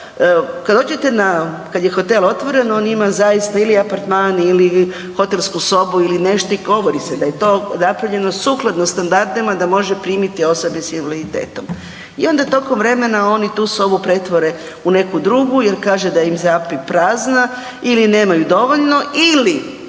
kad je hotel otvoren on ima zaista ili apartman ili hotelsku sobu ili nešto i govori se da je napravljeno sukladno standardima da može primiti osobe s invaliditetom. I onda tokom vremena oni tu sobu pretvore u neku drugu jer kaže da im zjapi prazna ili nemaju dovoljno ili